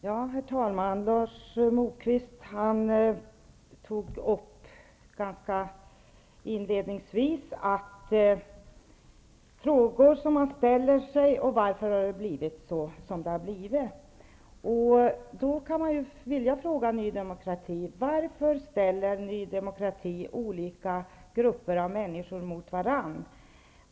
Herr talman! Lars Moquist talade inledningsvis om frågor som man ställer sig. Han berörde också varför det har blivit som det har blivit. Demokrati olika grupper mot varandra?